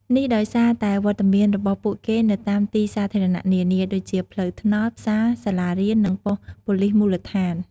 នេះដោយសារតែវត្តមានរបស់ពួកគេនៅតាមទីសាធារណៈនានា ដូចជាផ្លូវថ្នល់ ផ្សារ សាលារៀន និងប៉ុស្តិ៍ប៉ូលិសមូលដ្ឋាន។